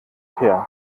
her